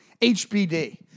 HBD